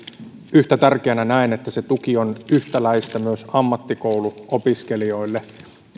yhtä tärkeänä asiana näen että se tuki on yhtäläistä myös ammattikouluopiskelijoille